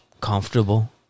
comfortable